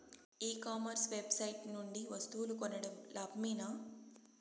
ఈ commerce website నుండి వస్తువులు కొనడం లాభమేనా?